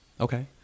Okay